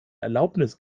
erlaubnis